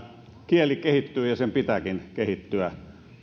kieli kehittyy ja sen pitääkin kehittyä